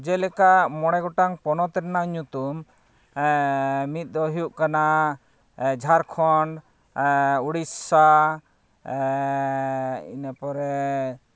ᱡᱮᱞᱮᱠᱟ ᱢᱚᱬᱮ ᱜᱚᱴᱟᱝ ᱯᱚᱱᱚᱛ ᱨᱮᱱᱟᱜ ᱧᱩᱛᱩᱢ ᱢᱤᱫ ᱫᱚ ᱦᱩᱭᱩᱜ ᱠᱟᱱᱟ ᱡᱷᱟᱲᱠᱷᱚᱸᱰ ᱩᱲᱤᱥᱥᱟ ᱤᱱᱟ ᱯᱚᱨᱮ